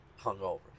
hungover